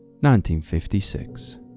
1956